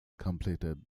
completed